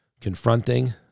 confronting